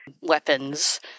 weapons